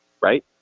right